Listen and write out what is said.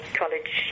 college